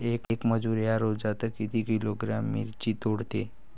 येक मजूर या रोजात किती किलोग्रॅम मिरची तोडते?